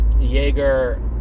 Jaeger